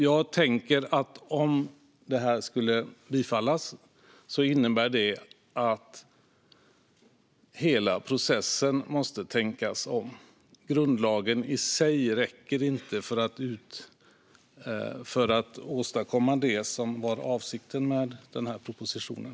Jag tänker att om det här skulle bifallas måste hela processen tänkas om. Grundlagsändringen i sig räcker inte för att åstadkomma det som var avsikten med den här propositionen.